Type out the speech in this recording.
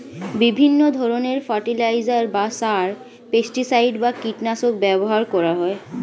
বিভিন্ন ধরণের ফার্টিলাইজার বা সার, পেস্টিসাইড বা কীটনাশক ব্যবহার করা হয়